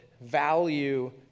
value